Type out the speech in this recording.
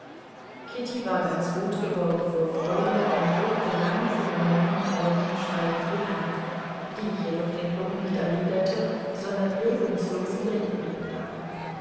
kitty war ganz rot geworden vor freude und drückte lange ihrer neuen freundin schweigend die hand die jedoch den druck nicht erwiderte sondern regungslos in der ihrigen lag